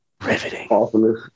Riveting